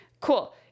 Cool